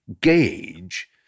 gauge